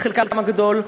בחלקם הגדול,